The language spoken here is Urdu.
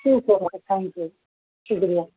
ٹھیک ہے بھائی تھینک یو ٹھیک ہے بھیا